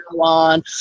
on